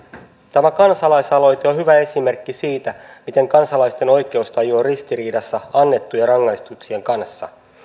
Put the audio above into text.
tämä kansalaisaloite on hyvä esimerkki siitä miten kansalaisten oikeustaju on ristiriidassa annettujen rangaistuksien kanssa